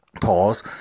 Pause